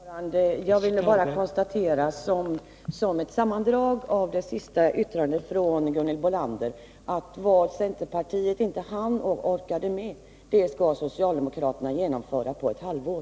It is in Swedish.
Herr talman! Jag vill bara konstatera som ett sammandrag av Gunhild Bolanders senaste yttrande att vad centerpartiet inte hann och orkade med skall socialdemokraterna genomföra på ett halvår.